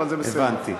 זה בסדר.